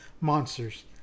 monsters